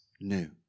new